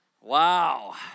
Wow